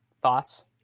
Thoughts